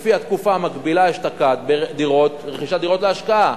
לפי התקופה המקבילה אשתקד ברכישת דירות להשקעה.